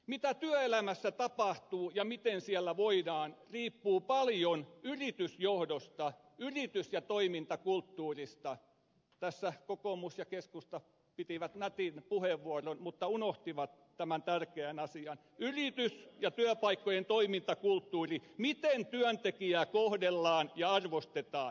mitä työelämässä tapahtuu ja miten siellä voidaan se riippuu paljon yritysjohdosta yritys ja toimintakulttuurista tässä kokoomus ja keskusta pitivät nätin puheenvuoron mutta unohtivat tämän tärkeän asian yrityskulttuurin ja työpaikkojen toimintakulttuurin siitä miten työntekijää kohdellaan ja arvostetaan